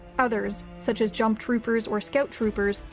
others, such as jumptroopers or scout troopers,